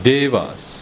Devas